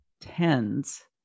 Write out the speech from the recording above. tends